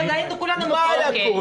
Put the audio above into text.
אוי, היינו כולנו מפוטרים.